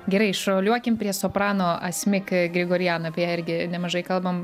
gerai šuoliuokim prie soprano asmik grigorian apie ją irgi nemažai kalbam